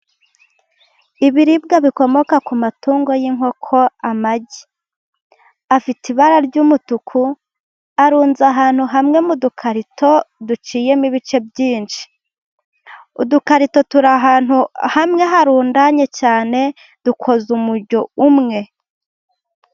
Ibiribwa bikomoka ku matungo y'inkoko amagi afite ibara ry'umutuku ,arunze ahantu hamwe mu dukarito duciyemo ibice byinshi, udukarito turi ahantu hamwe harundanye cyane dukoze umujyo umwe.